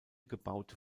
gebaute